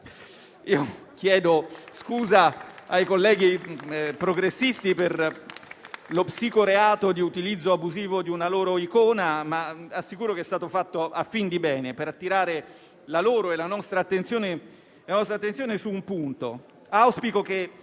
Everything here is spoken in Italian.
Chiedo scusa ai colleghi progressisti per lo psicoreato di utilizzo abusivo di una loro icona, ma assicuro che è stato fatto a fin di bene, per attirare la loro e la nostra attenzione su un punto.